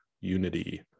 unity